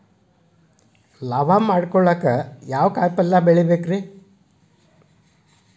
ಲಾಭ ಮಾಡಕೊಂಡ್ರ ಯಾವ ಕಾಯಿಪಲ್ಯ ಬೆಳಿಬೇಕ್ರೇ?